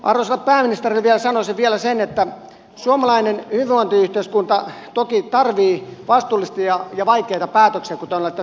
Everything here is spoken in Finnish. arvoisalle pääministerille vielä sanoisin sen että suomalainen hyvinvointiyhteiskunta toki tarvitsee vastuullisia ja vaikeita päätöksiä kuten olette sanonut